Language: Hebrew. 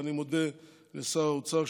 ואני מודה לשר האוצר,